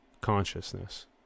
consciousness